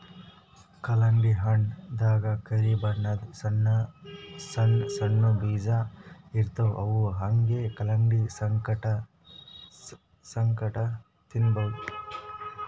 ಕಲ್ಲಂಗಡಿ ಹಣ್ಣ್ ದಾಗಾ ಕರಿ ಬಣ್ಣದ್ ಸಣ್ಣ್ ಸಣ್ಣು ಬೀಜ ಇರ್ತವ್ ಅವ್ ಹಂಗೆ ಕಲಂಗಡಿ ಸಂಗಟ ತಿನ್ನಬಹುದ್